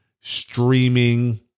streaming